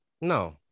No